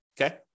okay